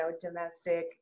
domestic